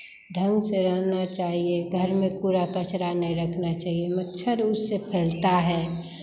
ढंग से रहना चाहिए घर में कूड़ा कचरा नहीं रखना चाहिए मच्छर उससे फैलता है